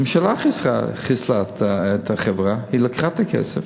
הממשלה חיסלה את החברה, היא לקחה את הכסף.